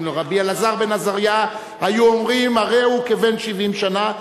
אלעזר בן עזריה היו אומרים: הרי הוא כבן 70 שנה,